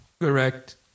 Correct